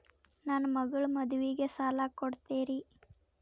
ನನ್ನ ಮಗಳ ಮದುವಿಗೆ ಸಾಲ ಕೊಡ್ತೇರಿ?